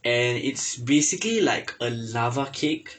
and it's basically like a lava cake